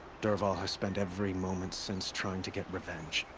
dervahl has spent every moment since trying to get revenge.